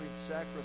sacrifice